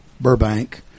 Burbank